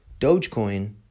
Dogecoin